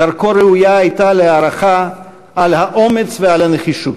דרכו הייתה ראויה להערכה על האומץ ועל הנחישות.